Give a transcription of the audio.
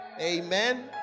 amen